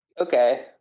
Okay